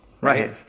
Right